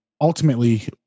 Ultimately